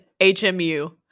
HMU